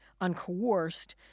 uncoerced